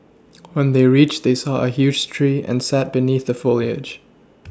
when they reached they saw a huge tree and sat beneath the foliage